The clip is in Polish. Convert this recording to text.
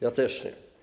Ja też nie.